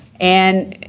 and,